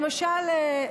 למשל,